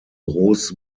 groß